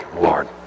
Lord